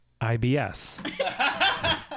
IBS